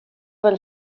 бер